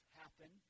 happen